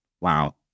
wow